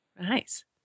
Nice